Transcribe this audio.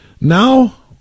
Now